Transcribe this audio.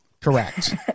Correct